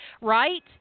Right